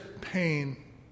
pain